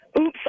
Oops